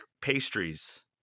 pastries